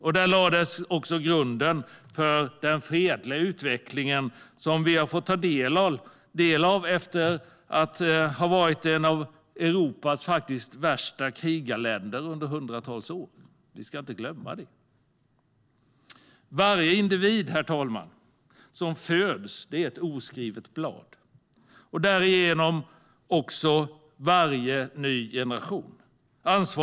Och där lades grunden för den fredliga utveckling som vi har fått ta del av efter att ha varit ett av Europas värsta krigarländer under hundratals år. Vi ska inte glömma det. Herr talman! Varje individ som föds är ett oskrivet blad. Därigenom är också varje ny generation det.